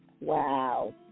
Wow